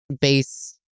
base